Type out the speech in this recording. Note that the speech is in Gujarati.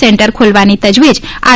સેન્ટર ખોલવાની તજવીજ આર